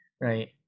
right